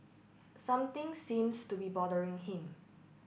something seems to be bothering him